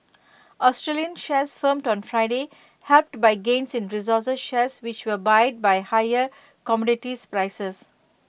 Australian shares firmed on Friday helped by gains in resources shares which were buoyed by higher commodities prices